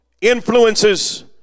influences